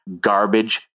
garbage